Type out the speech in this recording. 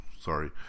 Sorry